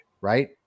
Right